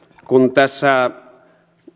kun tässä